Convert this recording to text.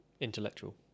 Intellectual